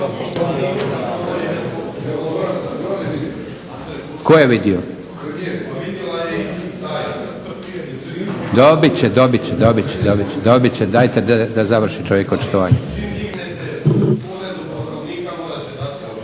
se ne razumije./ … Dobit će, dobit će, dajte da završi čovjek očitovanje.